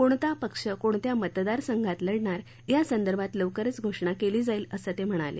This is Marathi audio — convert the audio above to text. कोणता पक्ष कोणत्या मतदार संघात लढणार यासंदर्भात लवकरच घोषणा केली जाईल असं ते म्हणाले